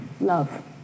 love